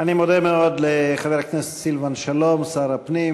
אני מודה מאוד לחבר הכנסת סילבן שלום, שר הפנים